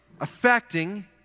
affecting